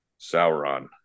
Sauron